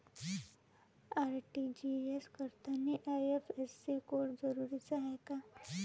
RTGS करतांनी IFSC code जरुरीचा हाय का?